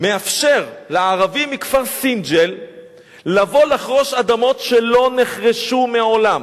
מאפשר לערבים מכפר סינג'יל לבוא לחרוש אדמות שלא נחרשו מעולם.